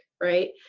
right